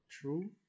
True